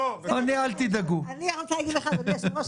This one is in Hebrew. תצטרך להשקיע זמן רב של עבודה.